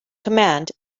command